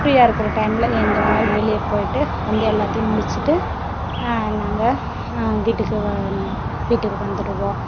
ஃப்ரீயாக இருக்கிற டைம்மில் எங்கே வேணாலும் வெளியே போயிவிட்டு வந்து எல்லாத்தையும் முடிச்சிவிட்டு நாங்கள் வீட்டுக்கு வ வீட்டுக்கு வந்துவிடுவோம்